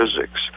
physics